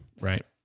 right